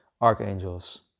Archangels